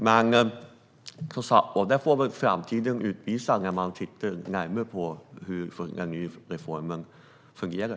Framtiden får utvisa detta när man tittar närmare på hur den nya reformen fungerar.